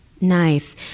nice